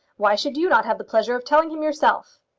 why should you not have the pleasure of telling him yourself?